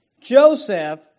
joseph